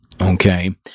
okay